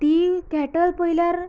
तीं केटल पयल्यार